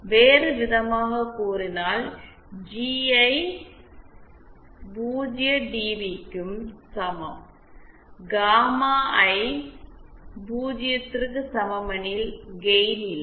வேறுவிதமாகக் கூறினால் ஜிஐ 0 டிபிdB க்கு சமம் காமா ஐ 0 க்கு சமமெனில் கெயின் இல்லை